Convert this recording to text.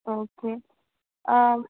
okay ஆ